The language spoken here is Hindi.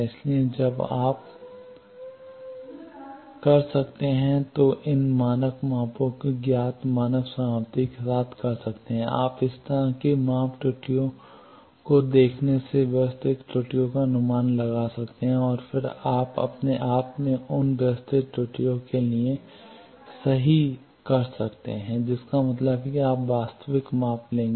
इसलिए जब आप कर सकते हैं तो इन मानक मापों को ज्ञात मानक समाप्ति के साथ करते हैं आप इस तरह की माप में त्रुटियों को देखने से व्यवस्थित त्रुटियों का अनुमान लगा सकते हैं और फिर आप अपने माप में उन व्यवस्थित त्रुटियों के लिए सही कर सकते हैं जिसका मतलब है कि अब आप वास्तविक माप लेंगे